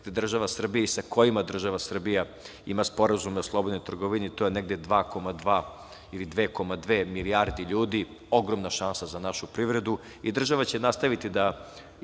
gde država Srbija i sa kojima država Srbija ima sporazume o slobodnoj trgovini, to je negde 2,2 milijarde ljudi, ogromna šansa za našu privredu. Država će nastaviti da